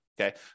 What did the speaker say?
Okay